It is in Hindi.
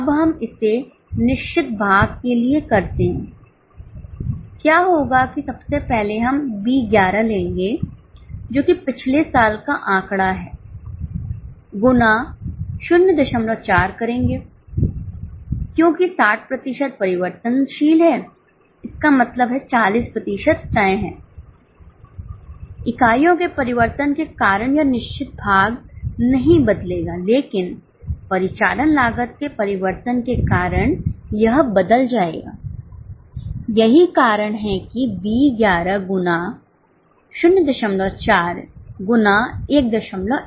अब हम इसे निश्चित भाग के लिए करते हैं क्या होगा कि सबसे पहले हम बी 11 लेंगे जो कि पिछले साल का आंकड़ा है गुना 04 करेंगे क्योंकि 60 प्रतिशत परिवर्तनशील है इसका मतलब है 40 प्रतिशत तय है इकाइयों के परिवर्तन के कारण यह निश्चित भाग नहीं बदलेगा लेकिन परिचालन लागत के परिवर्तन के कारण यह बदल जाएगा यही कारण है कि B 11 गुना 04 गुना 11 करेंगे समझ रहे हैं